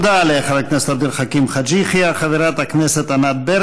תודה לחבר הכנסת עבד אל חכים חאג' יחיא.